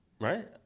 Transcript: Right